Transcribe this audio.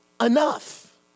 enough